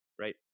Right